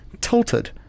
tilted